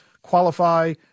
Qualify